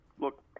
look